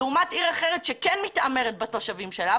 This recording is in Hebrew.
לעומת עיר אחרת שכן מתעמרת בתושבים שלה,